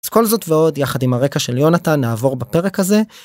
כל זאת ועוד יחד עם הרקע של יונתן נעבור בפרק הזה.